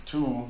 Two